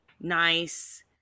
nice